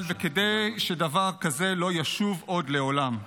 וכדי שדבר כזה לא ישוב עוד לעולם.